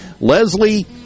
Leslie